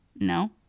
No